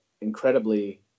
incredibly